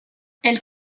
elles